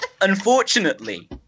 Unfortunately